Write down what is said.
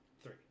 Three